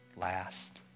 Last